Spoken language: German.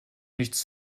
nichts